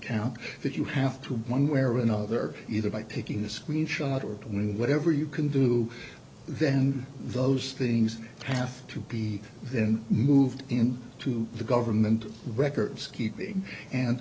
count that you have to one where another either by picking a screenshot or whatever you can do then those things path to be then moved in to the government records keeping and